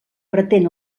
pretén